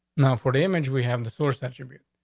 now for the image we have the source central.